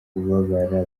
kubabara